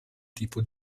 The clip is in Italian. tipo